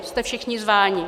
Jste všichni zváni.